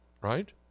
right